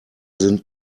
sind